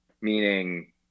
meaning